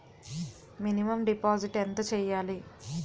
Minimum deposit ఎంత చెయ్యాలి?